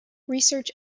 research